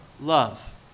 Love